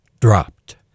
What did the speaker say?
Dropped